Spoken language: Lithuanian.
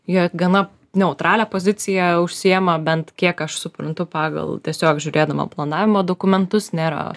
jie gana neutralią poziciją užsiema bent kiek aš suprantu pagal tiesiog žiūrėdama planavimo dokumentus nėra